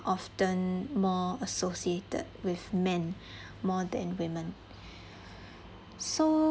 often more associated with men more than women so